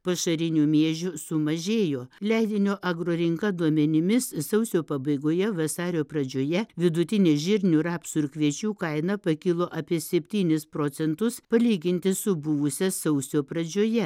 pašarinių miežių sumažėjo leidinio agro rinka duomenimis sausio pabaigoje vasario pradžioje vidutinė žirnių rapsų ir kviečių kaina pakilo apie septynis procentus palyginti su buvusia sausio pradžioje